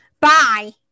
Bye